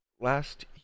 last